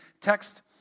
text